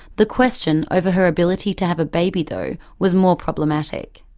the question over her ability to have a baby though was more problematic.